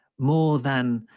more than